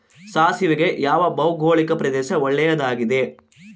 ಸಾಸಿವೆಗೆ ಯಾವ ಭೌಗೋಳಿಕ ಪ್ರದೇಶ ಒಳ್ಳೆಯದಾಗಿದೆ?